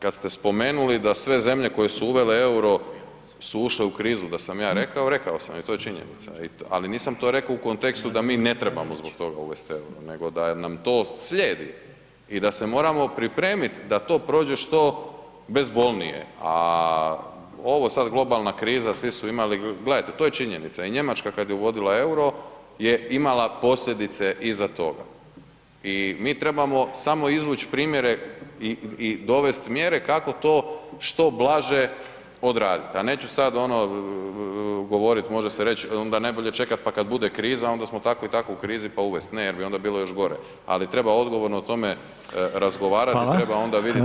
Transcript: Kad ste spomenuli da sve zemlje koje su uvele EUR-o su ušle u krizu da sam ja rekao, rekao sam i to je činjenica, ali nisam to reko u kontekstu da mi ne trebamo zbog toga uvest EUR-o, nego da nam to slijedi i da se moramo pripremit da to prođe što bezbolnije, a ovo sad globalna kriza, svi su imali, gledajte to je činjenica i Njemačka kad je uvodila EUR-o je imala posljedice iza toga i mi trebamo samo izvuć primjere i, i dovest mjere kako to što blaže odradit, a neću sad ono govorit, može se reć onda najbolje čekat, pa kad bude kriza onda smo tako i tako u krizi, pa uvest, ne jer bi onda bilo još gore, ali treba odgovorno o tome razgovarat [[Upadica: Hvala]] i treba onda vidjet kad je najbolji trenutak.